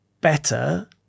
better